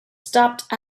stopped